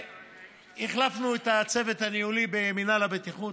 החלפנו את הצוות הניהולי במינהל הבטיחות,